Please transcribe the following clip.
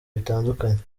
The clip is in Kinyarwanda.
bitandukanye